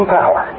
power